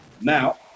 Now